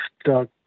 stuck